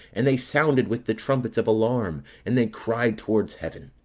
and they sounded with the trumpets of alarm, and they cried towards heaven.